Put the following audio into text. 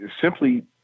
simply